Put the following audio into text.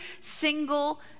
single